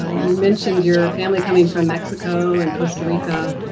ah you mentioned your family coming from mexico and costa rica.